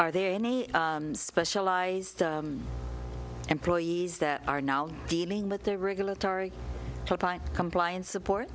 are there any specialized employees that are not dealing with their regulatory compliance support